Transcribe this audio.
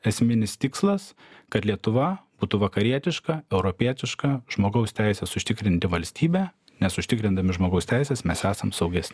esminis tikslas kad lietuva būtų vakarietiška europietiška žmogaus teises užtikrinanti valstybė nes užtikrindami žmogaus teises mes esam sauges